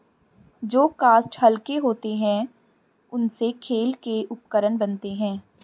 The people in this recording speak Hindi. जो काष्ठ हल्के होते हैं, उनसे खेल के उपकरण बनते हैं